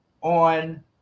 on